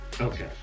Okay